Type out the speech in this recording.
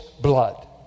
blood